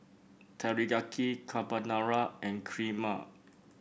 Teriyaki Carbonara and Kheema